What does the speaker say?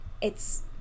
it's-